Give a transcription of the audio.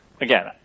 Again